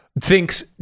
thinks